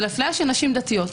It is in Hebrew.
של אפליית נשים דתיות.